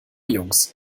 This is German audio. jungs